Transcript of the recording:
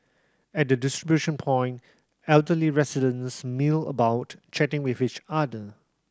at the distribution point elderly residents mill about chatting with each other